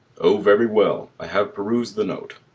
o! very well i have perus'd the note.